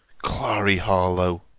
clary harlowe!